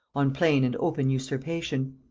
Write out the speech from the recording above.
on plain and open usurpation.